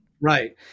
Right